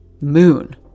moon